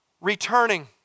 returning